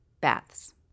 baths